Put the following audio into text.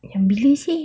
yang bila seh